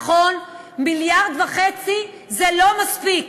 נכון, 1.5 מיליארד זה לא מספיק,